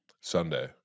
Sunday